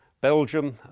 Belgium